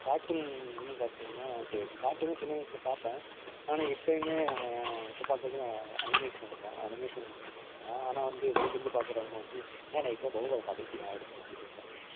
கார்ட்டூன்னு பார்த்திங்கன்னா எனக்கு கார்ட்டூனு சின்ன வயதில் பார்ப்பேன் ஆனால் இப்போயிமே இப்போ பார்க்குறது அனிமேஷன் தான் அனிமேஷன் நான் ஆனால் வந்து வெளிலருந்து பார்க்குறவங்க வந்து என்னடா இப்போவும் பொம்மைப் படம் பார்த்துட்டு இருக்கிற அப்படினு தான் சொல்லி பேசுவாங்க